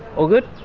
all good?